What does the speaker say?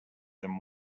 them